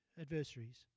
adversaries